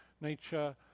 nature